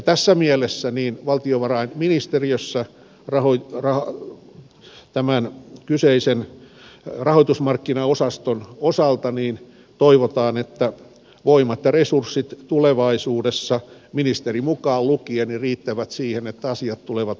tässä mielessä valtiovarainministeriössä tämän kyseisen rahoitusmarkkinaosaston osalta toivotaan että voimat ja resurssit tulevaisuudessa ministeri mukaan lukien riittävät siihen että asiat tulevat oikein kirjoitetuiksi